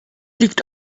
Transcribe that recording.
liegt